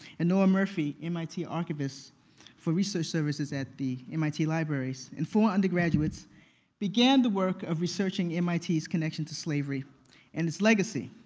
and norm murphy, mit archivist for research services at the mit libraries, and four undergraduates began the work of researching mit's connection to slavery and its legacy.